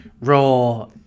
raw